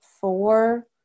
four